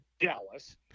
Dallas